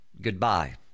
goodbye